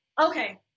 Okay